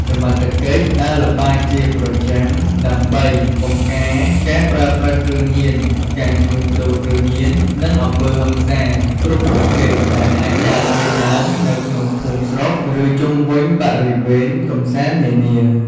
សមត្ថកិច្ចដើរល្បាតជាប្រចាំដើម្បី បង្ការការប្រើប្រាស់គ្រឿងញៀន ការជួញដូរគ្រឿងញៀន និងអំពើហិង្សា គ្រប់ប្រភេទដែលអាចកើតមានឡើងនៅក្នុងភូមិស្រុក ឬជុំវិញបរិវេណកម្សាន្តនានា។